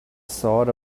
thought